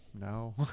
No